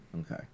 Okay